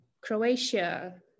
Croatia